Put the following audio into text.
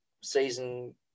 season